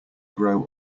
grow